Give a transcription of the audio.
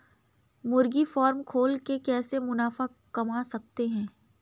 मुर्गी फार्म खोल के कैसे मुनाफा कमा सकते हैं?